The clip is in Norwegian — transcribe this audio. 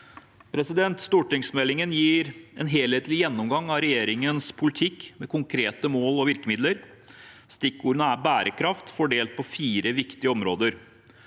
luftfart. Stortingsmeldingen gir en helhetlig gjennomgang av regjeringens politikk, med konkrete mål og virkemidler. Stikkordene er bærekraft – fordelt på fire viktige områder.